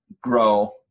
grow